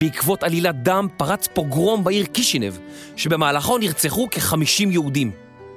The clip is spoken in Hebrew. בעקבות עלילת דם פרץ פוגרום בעיר קישינב שבמהלכו נרצחו כ-50 יהודים.